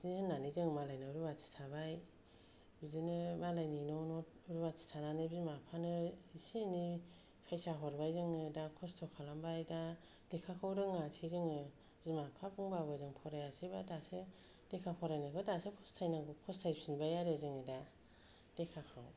बिदि होन्नानै जों मालायनाव रुवाथि थाबाय बिदिनो मालायनि न' न' रुवाथि थानानै बिमा फिफानो एसे एनै फैसा हरबाय जोङो दा खस्थ' खालामबाय दा लेखाखौ रोङासै जोङो बिमा फिफा बुंबाबो जों फरायासैबा दासो लेखा फरायनायखौ दासो फस्थायनांगौ फस्थायफिनबाय आरो जोङो दा लेखाखौ